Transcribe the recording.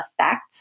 effect